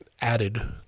added